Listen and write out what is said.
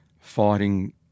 fighting